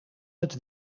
het